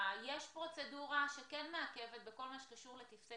יש פרוצדורה שכן מעכבת בכל מה שקשור לטופסי